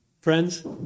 friends